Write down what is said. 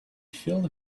filled